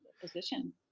position